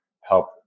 help